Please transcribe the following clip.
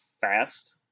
fast